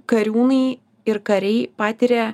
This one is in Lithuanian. kariūnai ir kariai patiria